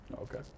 Okay